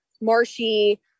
marshy